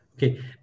Okay